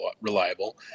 reliable